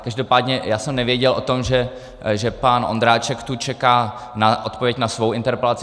Každopádně já jsem nevěděl o tom, že pan Ondráček tu čeká na odpověď na svou interpelaci.